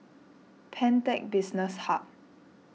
Pantech Business Hub